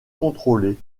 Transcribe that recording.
contrôlée